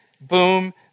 boom